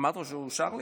אמרת לו שאושר לי?